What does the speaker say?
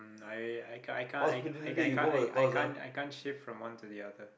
mm I I can't I can't I can't I can't shift from one to the other